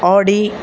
Audi